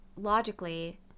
logically